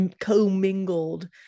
co-mingled